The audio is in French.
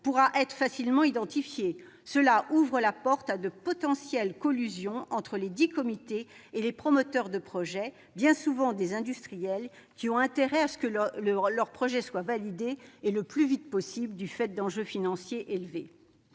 pourra être facilement identifié. Cela ouvre la porte à de potentielles collusions entre lesdits comités et les promoteurs de projets, bien souvent des industriels, qui ont intérêt à ce que leur projet soit validé, et le plus vite possible, du fait d'enjeux financiers élevés.